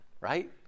Right